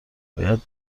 باید